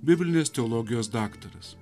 biblinės teologijos daktaras